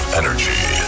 energy